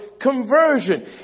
conversion